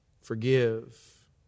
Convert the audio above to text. forgive